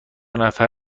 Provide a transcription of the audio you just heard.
نفر